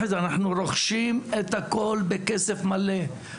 אנחנו רוכשים את הכול בכסף מלא,